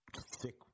thick